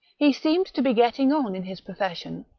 he seemed to be getting on in his profession,